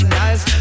nice